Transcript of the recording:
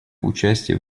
участие